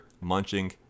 Munching